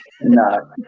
no